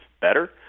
better